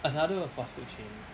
another fast food chain